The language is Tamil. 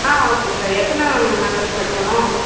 ஆ ஓகே சார் எத்தனை மெம்பர்ஸ் சார் போகணும்